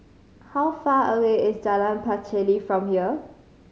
how far away is Jalan Pacheli from here